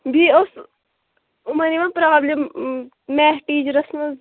بیٚیہِ ٲس یِمن یوان پرابلِم میتھ ٹیچرَس منٛز